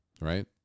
right